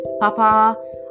Papa